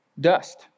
dust